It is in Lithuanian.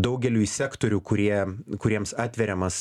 daugeliui sektorių kurie kuriems atveriamas